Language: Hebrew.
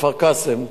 כפר-קאסם.